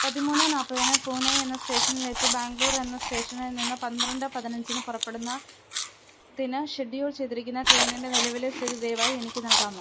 പതിമൂന്ന് നാൽപ്പതിന് പൂനൈ എന്ന സ്റ്റേഷനിലേക്ക് ബാംഗ്ലൂർ എന്ന സ്റ്റേഷനിൽ നിന്ന് പന്ത്രണ്ട് പതിനഞ്ചിന് പുറപ്പെടുന്ന തിന് ഷെഡ്യൂൾ ചെയ്തിരിക്കുന്ന ട്രെയിനിൻ്റെ നിലവിലെ സ്ഥിതി ദയവായി എനിക്ക് നൽകാമോ